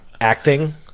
Acting